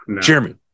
Jeremy